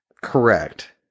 correct